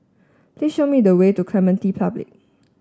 please show me the way to Clementi Public